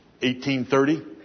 1830